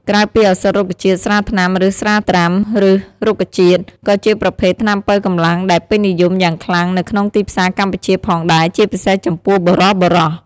ក្រៅពីឱសថរុក្ខជាតិ ស្រាថ្នាំ ឬ ស្រាត្រាំឫសរុក្ខជាតិ ក៏ជាប្រភេទថ្នាំប៉ូវកម្លាំងដែលពេញនិយមយ៉ាងខ្លាំងនៅក្នុងទីផ្សារកម្ពុជាផងដែរ ជាពិសេសចំពោះបុរសៗ។